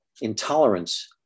intolerance